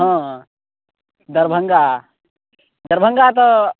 हँ हँ दरभङ्गा दरभङ्गा तऽ